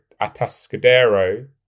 Atascadero